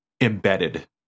embedded